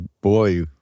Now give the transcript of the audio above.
boy